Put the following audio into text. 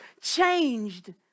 changed